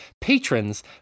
patrons